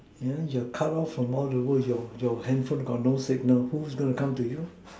then your cut off from all the world your your handphone got no signal who's going to come to you